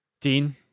Dean